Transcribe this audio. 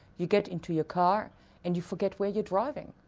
you get into your car and you forget where you're driving.